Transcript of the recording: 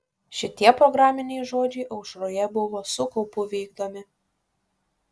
šitie programiniai žodžiai aušroje buvo su kaupu vykdomi